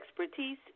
expertise